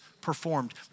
performed